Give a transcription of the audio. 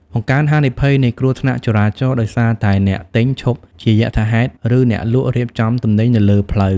បង្កើនហានិភ័យនៃគ្រោះថ្នាក់ចរាចរណ៍ ដោយសារតែអ្នកទិញឈប់ជាយថាហេតុ ឬអ្នកលក់រៀបចំទំនិញនៅលើផ្លូវ។